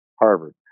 Harvard